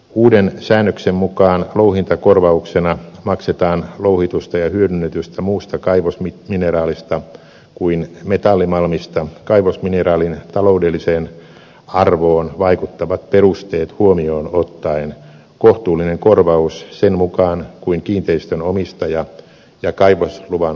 uuden säännöksen mukaan louhintakorvauksena maksetaan louhitusta ja hyödynnetystä muusta kaivosmineraalista kuin metallimalmista kaivosmineraalin taloudelliseen arvoon vaikuttavat perusteet huomioon ottaen kohtuullinen korvaus sen mukaan kuin kiinteistön omistaja ja kaivosluvan haltija sopivat